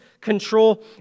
control